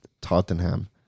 Tottenham